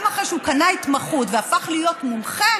גם אחרי שהוא קנה התמחות והפך להיות מומחה,